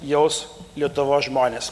jaus lietuvos žmonės